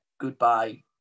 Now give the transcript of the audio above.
goodbye